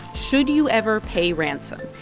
should you ever pay ransom?